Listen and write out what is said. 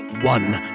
One